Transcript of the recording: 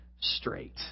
Straight